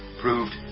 proved